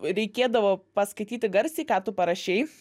reikėdavo paskaityti garsiai ką tu parašei